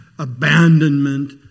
Abandonment